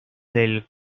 del